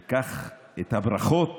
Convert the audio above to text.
אקח את הברכות